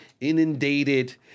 inundated